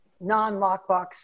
non-lockbox